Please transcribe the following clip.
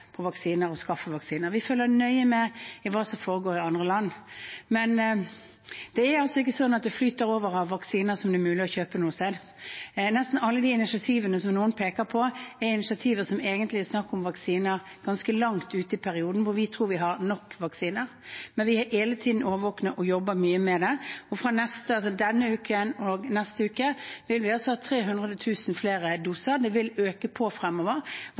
vaksiner og skaffe vaksiner. Vi følger nøye med på hva som foregår i andre land. Men det er ikke sånn at det flyter over av vaksiner som det er mulig å kjøpe, noe sted. Nesten alle initiativene som noen peker på, er initiativ hvor det egentlig er snakk om vaksiner ganske langt ut i perioden, hvor vi tror vi har nok vaksiner. Men vi er hele tiden årvåkne og jobber mye med det. Denne og neste uke vil vi altså ha 300 000 flere doser. Det vil øke på fremover.